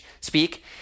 speak